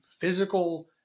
physical